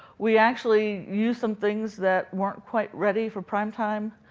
we actually used some things that weren't quite ready for prime time.